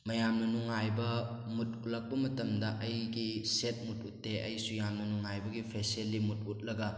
ꯃꯌꯥꯝꯅ ꯅꯨꯡꯉꯥꯏꯕ ꯃꯨꯗ ꯎꯠꯂꯛꯄ ꯃꯇꯝꯗ ꯑꯩꯒꯤ ꯁꯦꯗ ꯃꯨꯗ ꯎꯠꯇꯦ ꯑꯩꯁꯨ ꯌꯥꯝꯅ ꯅꯨꯡꯉꯥꯏꯕꯒꯤ ꯐꯦꯁꯦꯜꯂꯤ ꯃꯨꯗ ꯎꯠꯂꯒ